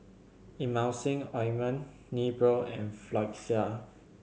Emulsying Ointment Nepro and Floxia